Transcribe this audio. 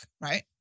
right